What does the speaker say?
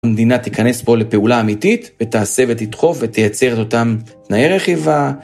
המדינה תיכנס פה לפעולה אמיתית ותעשה ותדחוף ותייצר את אותם תנאי רכיבה.